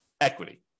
equity